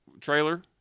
Trailer